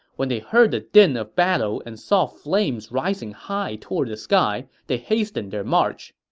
when they heard the din of battle and saw flames rising high toward the sky, they hastened their march.